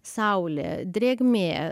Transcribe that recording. saulė drėgmė